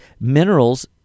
minerals